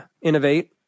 innovate